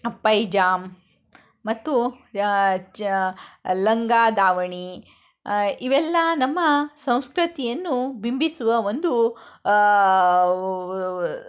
ಪೈಜಾಮ ಮತ್ತು ಲಂಗ ದಾವಣಿ ಇವೆಲ್ಲ ನಮ್ಮ ಸಂಸ್ಕೃತಿಯನ್ನು ಬಿಂಬಿಸುವ ಒಂದು